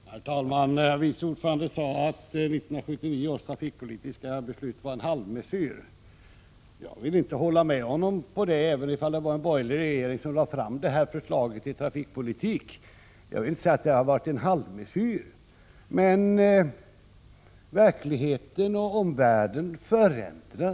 Herr talman! Vice ordföranden i trafikutskottet sade att 1979 års trafikpolitiska beslut var en halvmesyr. Jag håller inte med om det — även om det var en borgerlig regering som lade fram det trafikpolitiska förslaget. Jag vill alltså inte kalla beslutet för en halvmesyr. Men verkligheten och omvärlden förändras.